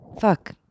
Fuck